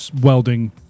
welding